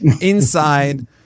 inside